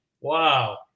Wow